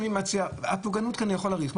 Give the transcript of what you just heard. על הפוגענות אני יכול להאריך.